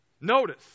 Notice